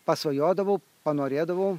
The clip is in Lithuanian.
pasvajodavau panorėdavau